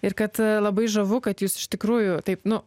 ir kad labai žavu kad jis iš tikrųjų taip nu